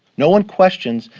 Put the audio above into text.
no one questions,